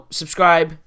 subscribe